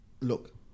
look